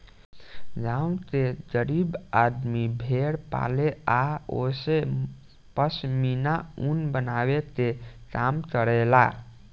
गांव के गरीब आदमी भेड़ पाले आ ओसे पश्मीना ऊन बनावे के काम करेला